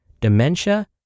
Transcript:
dementia